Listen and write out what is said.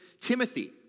Timothy